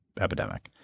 epidemic